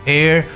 air